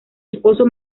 esposo